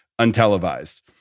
untelevised